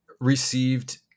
received